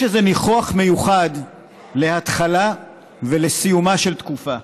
יש איזה ניחוח מיוחד להתחלה ולסיומה של תקופה,